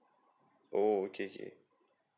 oh okay okay